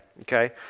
Okay